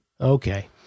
Okay